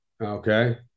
okay